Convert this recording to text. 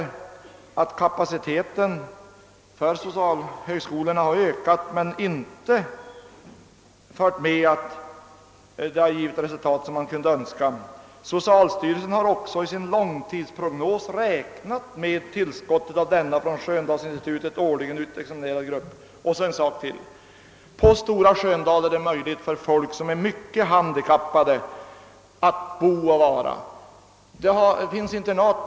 Man påpekar att socialhögskolornas kapacitet har ökat, dock inte i sådan utsträckning som vore önskvärt. Socialstyrelsen har också i sin långtidsprognos räknat med tillskottet från den av Sköndalsinstitutet årligen utexaminerade gruppen. Jag vill dessutom framhålla att det finns möjligheter för svårt handikappade människor att bo och vistas på Sköndalsinstitutet.